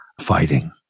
fighting